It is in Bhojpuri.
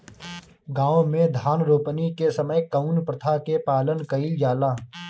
गाँव मे धान रोपनी के समय कउन प्रथा के पालन कइल जाला?